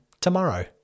tomorrow